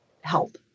help